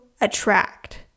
attract